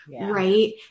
right